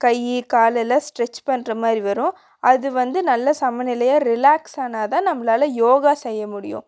கை கால் எல்லாம் ஸ்ட்ரெச் பண்ணுற மாதிரி வரும் அது வந்து நல்ல சமநிலையாக ரிலாக்ஸ் ஆனால் தான் நம்மளால யோகா செய்ய முடியும்